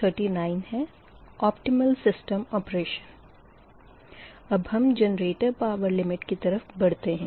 अब हम generator power limit की तरफ़ बढ़ते है